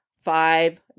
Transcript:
Five